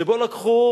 שבה לקחו